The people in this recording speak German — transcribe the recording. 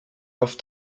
auf